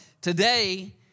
today